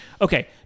Okay